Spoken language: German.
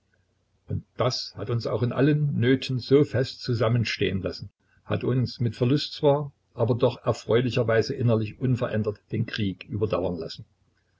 und das hat uns auch in allen nöten so fest zusammenstehen lassen hat uns mit verlust zwar aber doch erfreulicherweise innerlich unverändert den krieg überdauern lassen